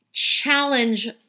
challenge